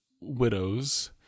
widows